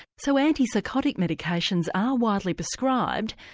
so antipsychotic medications are widely prescribed,